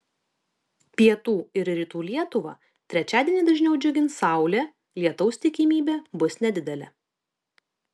pietų ir rytų lietuvą trečiadienį dažniau džiugins saulė lietaus tikimybė bus nedidelė